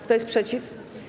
Kto jest przeciw?